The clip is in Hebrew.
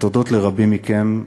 ותודות לרבים מכם,